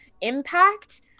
impact